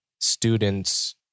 students